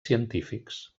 científics